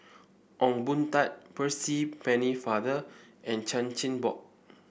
Ong Boon Tat Percy Pennefather and Chan Chin Bock